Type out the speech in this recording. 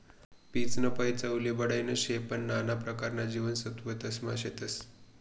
पीचनं फय चवले बढाईनं ते शे पन नाना परकारना जीवनसत्वबी त्यानामा शेतस